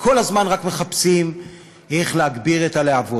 שכל הזמן רק מחפשים איך להגביר את הלהבות.